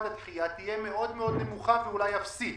הדחייה תהיה מאוד מאוד נמוכה כי אולי יפסיד.